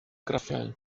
graffiau